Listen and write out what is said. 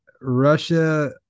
Russia